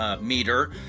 meter